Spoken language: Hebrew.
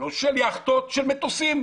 לא של יכטות אלא של מטוסים.